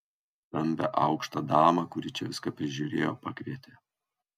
stambią aukštą damą kuri čia viską prižiūrėjo pakvietė